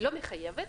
לא מחייבת,